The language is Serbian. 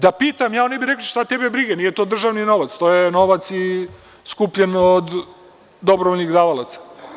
Da pitam ja, oni bi rekli – šta tebe briga, nije to državni novac, to je novac skupljen od dobrovoljnih davalaca.